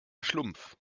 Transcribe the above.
schlumpf